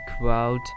world